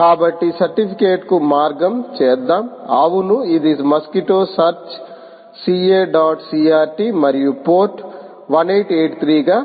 కాబట్టి సర్టిఫికెట్కు మార్గం చేద్దాం అవును ఇది మస్క్విటోసర్చ్ CA డాట్ CRT మరియు పోర్ట్ 1883 గా